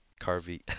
carvey